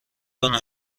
آنها